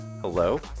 hello